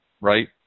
right